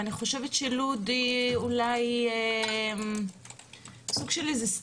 אני חושבת שלוד היא אולי סוג של איזה case